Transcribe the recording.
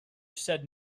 said